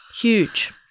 Huge